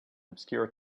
obscure